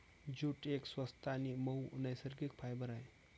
jute एक स्वस्त आणि मऊ नैसर्गिक फायबर आहे